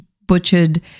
butchered